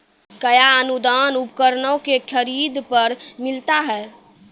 कया अनुदान उपकरणों के खरीद पर मिलता है?